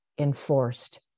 enforced